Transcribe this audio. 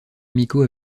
amicaux